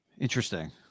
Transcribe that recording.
Interesting